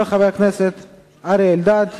התקבלה ותידון בהמשך לקראת קריאה ראשונה